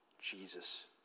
Jesus